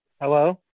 Hello